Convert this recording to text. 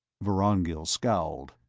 vorongil scowled.